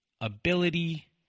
ability